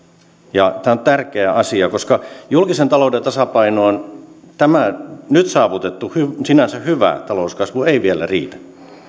ja tämä on tärkeä asia koska julkisen talouden tasapainoon tämä nyt saavutettu sinänsä hyvä talouskasvu ei vielä riitä